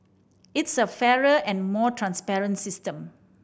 it's a fairer and more transparent system